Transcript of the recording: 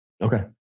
Okay